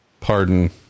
pardon